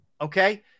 okay